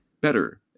Better